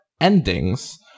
endings